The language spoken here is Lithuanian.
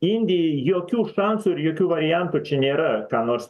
indijai jokių šansų ir jokių variantų čia nėra ką nors